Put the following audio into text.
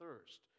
thirst